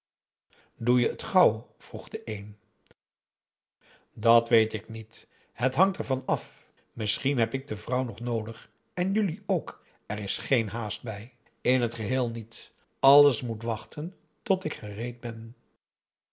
doe je het gauw vroeg de een dat weet ik niet het hangt ervan af misschien heb ik de vrouw nog noodig en jullie ook er is geen haast bij in het geheel niet alles moet wachten tot ik gereed ben